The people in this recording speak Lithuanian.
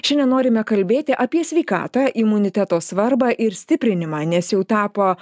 šiandien norime kalbėti apie sveikatą imuniteto svarbą ir stiprinimą nes jau tapo